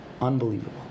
Unbelievable